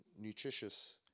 nutritious